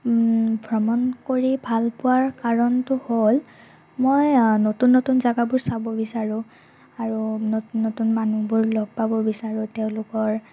ভ্ৰমণ কৰি ভালপোৱাৰ কাৰণটো হ'ল মই নতুন নতুন জেগাবোৰ চাব বিচাৰোঁ আৰু নতুন নতুন মানুহবোৰ লগ পাব বিচাৰোঁ তেওঁলোকৰ